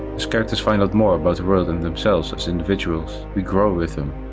as characters find out more about the world and themselves as individuals, we grow with them.